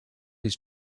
his